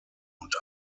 und